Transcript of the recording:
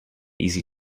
easy